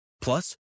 Plus